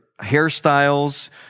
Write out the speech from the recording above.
hairstyles